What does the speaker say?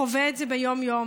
חווה את זה ביום-יום.